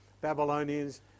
Babylonians